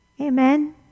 Amen